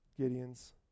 Gideon's